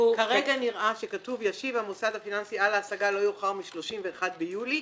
כרגע נראה שכתוב: ישיב המוסד הפיננסי על ההשגה לא יאוחר מ-31 ביולי,